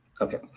Okay